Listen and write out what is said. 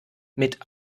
mit